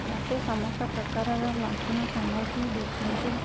ମୋତେ ସମସ୍ତ ପ୍ରକାରର ଲଣ୍ଠନ ସାମଗ୍ରୀ ଦେଖାନ୍ତୁ